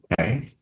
Okay